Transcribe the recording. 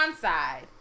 side